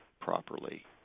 properly